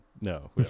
no